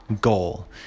goal